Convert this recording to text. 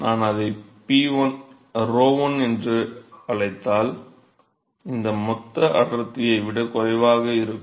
நான் அதை 𝞺1 என்று அழைத்தால் இது மொத்த அடர்த்தியை விட குறைவாக இருக்கும்